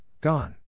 gone